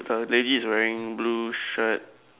a lady is wearing blue shirt